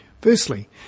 Firstly